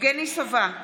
יבגני סובה,